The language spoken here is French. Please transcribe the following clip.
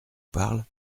parle